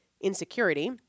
insecurity